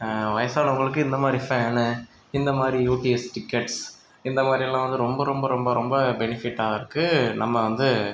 வயசானவர்களுக்கு இந்தமாதிரி ஃபேனு இந்தமாதிரி UPS tickets இந்தமாதிரி எல்லாம் வந்து ரொம்ப ரொம்ப ரொம்ப ரொம்ப பெனிஃபிட்டாக இருக்கு நம்ம வந்து